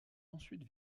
ensuite